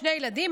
שני ילדים,